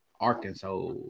Arkansas